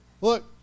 Look